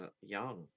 young